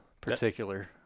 particular